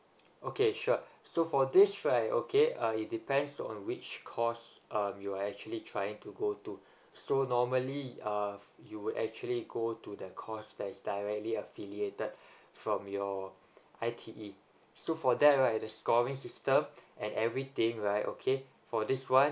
okay sure so for this right okay uh it depends on which course um you're actually trying to go to so normally uh you would actually go to the course that is directly affiliated from your I T E so for that right the scoring system and everything right okay for this one